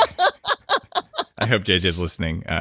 ah but i hope jj's listening.